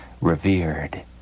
revered